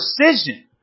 precision